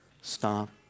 stop